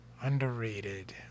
Underrated